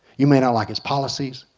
you may not like his policies,